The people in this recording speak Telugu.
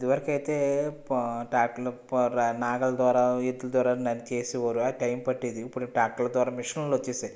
ఇది వరకు అయితే ట్రాక్టరు ఆ నాగలి ద్వారా ఎద్దుల ద్వారా నరికేసేవారు అది టైం పట్టేది ఇప్పుడు అయితే ట్రాక్టర్ ద్వారా మెషిన్లు వచ్చేసాయి